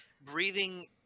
breathing